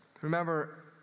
Remember